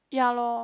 ya lor